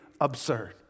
absurd